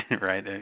right